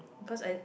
cause I